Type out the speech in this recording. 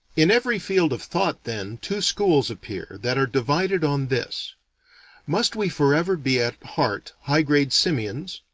in every field of thought then, two schools appear, that are divided on this must we forever be at heart high-grade simians?